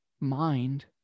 mind